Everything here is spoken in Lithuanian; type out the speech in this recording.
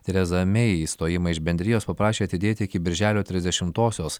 tereza mei išstojimą iš bendrijos paprašė atidėti iki birželio trisdešimtosios